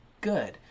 good